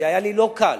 והיה לי לא קל.